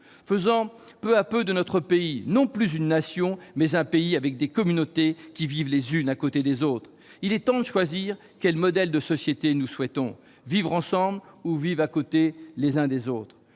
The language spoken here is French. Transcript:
faisant peu à peu de notre pays, non plus une Nation, mais un pays avec des communautés vivant les unes à côté des autres. Il est temps de choisir quel modèle de société nous souhaitons : vivre ensemble ou vivre à côté les uns des autres